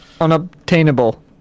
unobtainable